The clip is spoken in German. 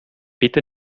bitte